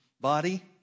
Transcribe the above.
body